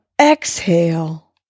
exhale